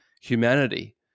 humanity